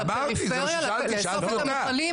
אמרתי, זה מה ששאלתי, שאלתי אותה.